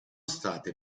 state